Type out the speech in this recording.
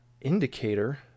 indicator